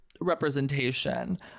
representation